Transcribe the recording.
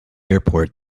airport